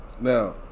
Now